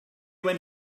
when